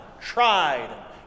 tried